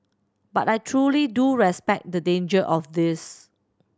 but I truly do respect the danger of this